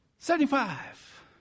Seventy-five